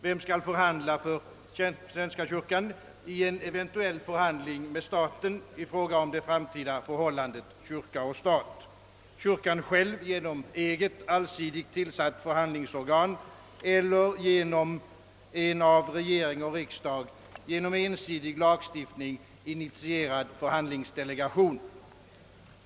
Vem skall förhandla för svenska kyrkan i en eventuell förhandling med staten i fråga om det framtida förhållandet mellan kyrka och stat, kyrkan själv genom eget all sidigt tillsatt förhandlingsorgan eller genom en av regering och riksdag genom ensidig lagstiftning initierad förhandlingsdelegation?